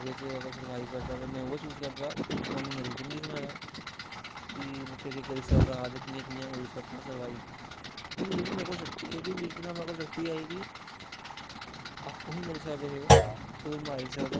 ओह्दे च अगर सर्वाईव करगा ते में उऐ चूज़ करगा तुहानू मती बारी सनाया ते में केह् केह् करी सकदा हा ते कियां कियां होई सकदा हा सर्वाईव क्योंकि भीश्मपितामह कोल शक्ति ऐही आपूं बी करी सकदे हे कोई नी मारी सकदा